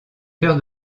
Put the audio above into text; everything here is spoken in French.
cœur